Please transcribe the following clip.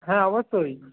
হ্যাঁ অবশ্যই